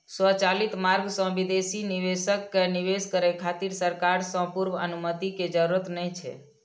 स्वचालित मार्ग सं विदेशी निवेशक कें निवेश करै खातिर सरकार सं पूर्व अनुमति के जरूरत नै छै